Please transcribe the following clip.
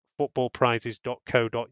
footballprizes.co.uk